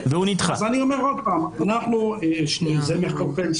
אז אני אומר עוד פעם, זה מחלחל.